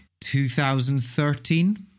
2013